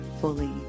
fully